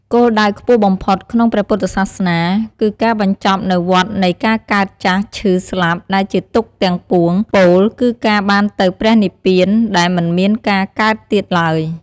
គោលដៅខ្ពស់បំផុតក្នុងព្រះពុទ្ធសាសនា គឺការបញ្ចប់នូវវដ្តនៃការកើត ចាស់ ឈឺ ស្លាប់ ដែលជាទុក្ខទាំងពួង ពោលគឺការបានទៅព្រះនិព្វានដែលមិនមានការកើតទៀតឡើយ។